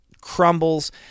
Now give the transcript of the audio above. crumbles